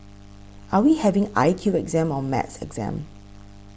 are we having I Q exam or maths exam